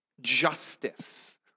justice